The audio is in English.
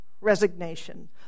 resignation